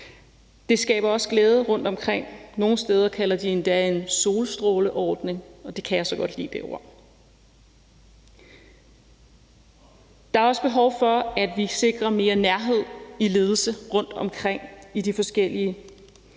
Det skaber også glæde rundtomkring. Nogle steder kalder de det endda en solstråleordning, og det ord kan jeg så godt lide. Der er også behov for, at vi sikrer mere nærhed i ledelse rundtomkring i de forskellige